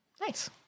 Nice